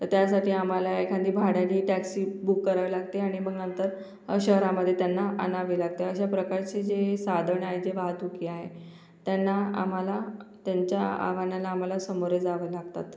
तर त्यासाठी आम्हाला एखादी भाड्याने टॅक्सी बुक करावं लागते आणि मग नंतर शहरामध्ये त्यांना आणावे लागते अशा प्रकारचे जे साधन आहे जे वाहतूक ए आहे त्यांना आम्हाला त्यांच्या आव्हानाला आम्हाला समोरे जावं लागतात